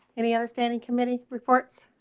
any other standing committee reports